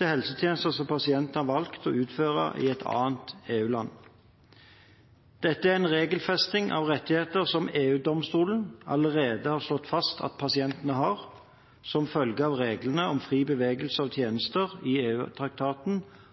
til helsetjenester som pasienten har valgt å få utført i et annet EU-land. Dette er en regelfesting av rettigheter som EU-domstolen allerede har slått fast at pasientene har, som en følge av reglene om fri bevegelighet av tjenester i